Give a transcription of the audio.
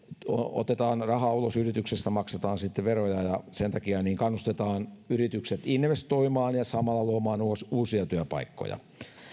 otetaan raha ulos yrityksestä maksetaan veroja ja sen takia kannustetaan yritykset investoimaan ja samalla luomaan uusia uusia työpaikkoja